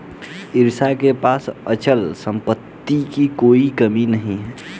ईशा के पास अचल संपत्ति की कोई कमी नहीं है